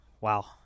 wow